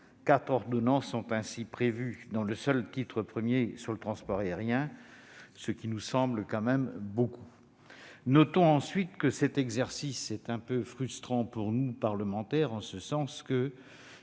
Quatre ordonnances sont ainsi prévues dans le seul titre premier sur le transport aérien, ce qui semble tout de même beaucoup. Notons ensuite que l'exercice est quelque peu frustrant pour les parlementaires que nous